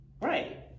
Right